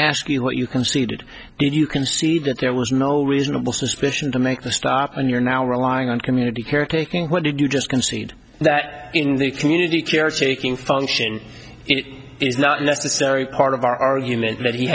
ask you what you conceded did you concede that there was no reasonable suspicion to make the stop and you're now relying on community caretaking when did you just concede that in the community caretaking function it is not necessary part of our argument that he